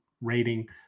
rating